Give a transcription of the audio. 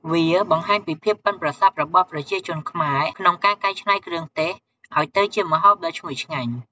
វាបង្ហាញពីភាពប៉ិនប្រសប់របស់ប្រជាជនខ្មែរក្នុងការកែច្នៃគ្រឿងទេសឱ្យទៅជាម្ហូបដ៏ឈ្ងុយឆ្ងាញ់។